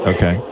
Okay